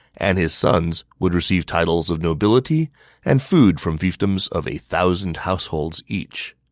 and his sons would receive titles of nobility and food from fiefdoms of a thousand households each.